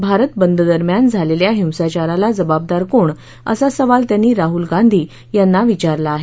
भारत बंददरम्यान झालेल्या हिंसाचाराला जबाबदार कोण असा सवाल त्यांनी राहुल गांधी यांना विचारला आहे